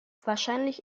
wahrscheinlich